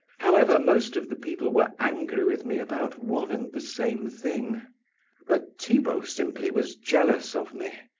however, most of the people were angry with me about one and the same thing but thibaut simply was jealous of me.